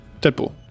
Deadpool